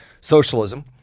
Socialism